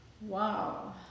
Wow